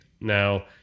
Now